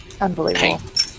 Unbelievable